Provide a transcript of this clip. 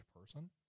person